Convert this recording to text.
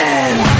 end